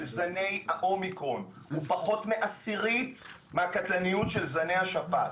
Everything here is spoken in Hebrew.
זני האומיקרון הוא פחות מעשירית מהקטלניות של זני השפעת.